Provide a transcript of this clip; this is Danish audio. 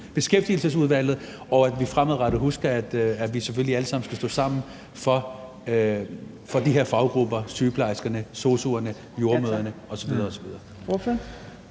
Beskæftigelsesudvalget, og at vi fremadrettet husker, at vi selvfølgelig alle sammen skal stå sammen for de her faggrupper: sygeplejerskerne, sosu'erne, jordemødrene osv.